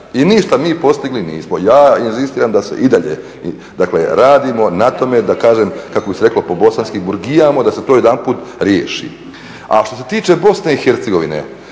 i ništa mi postigli nismo. ja inzistiram da se i dalje, dakle radimo na tom da kažem kako bi se rekli po bosanski burgijamo da se to jedanput riješi. A što se tiče BiH i zna